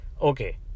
Okay